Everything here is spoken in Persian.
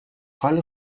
حال